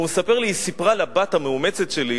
הוא מספר לי: היא סיפרה לבת המאומצת שלי